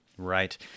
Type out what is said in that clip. Right